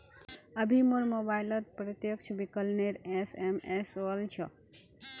अभी मोर मोबाइलत प्रत्यक्ष विकलनेर एस.एम.एस वल छ